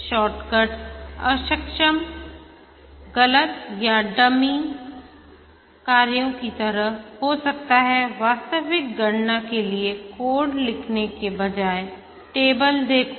shortcut अक्षम गलत या डमी कार्यों की तरह हो सकते हैंवास्तविक गणना के लिए कोड लिखने के बजाय टेबल देखो